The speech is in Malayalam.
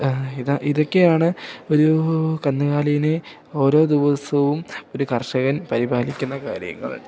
ഇത് ഇതൊക്കെയാണ് ഒരു കന്നുകാലീനെ ഓരോ ദിവസവും ഒരു കർഷകൻ പരിപാലിക്കുന്ന കാര്യങ്ങൾ